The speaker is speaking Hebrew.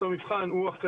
התלמידים